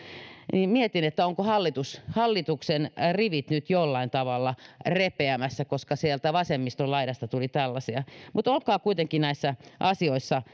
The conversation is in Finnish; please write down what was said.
että ovatko hallituksen rivit nyt jollain tavalla repeämässä koska sieltä vasemmiston laidasta tuli tällaisia olkaa kuitenkin näissä asioissa